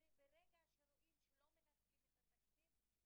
אם לא תהיה תוכנית שמבטיחה לעובדים הסוציאליים תנאי עבודה נאותים,